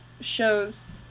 shows